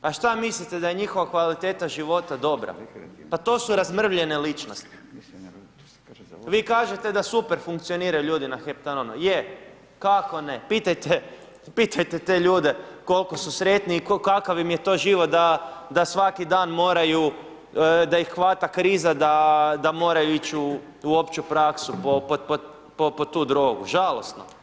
Pa šta mislite da je njihova kvaliteta života dobra, pa to su razmrvljene ličnos Vi kažete da super funkcioniraju ljudi na heptanonu, je, kako ne, pitajte, pitajte te ljude koliko su sretni i kakav im je to život da svaki dan moraju, da ih hvata kriza da moraju ići u opću praksu po tu drogu, žalosno.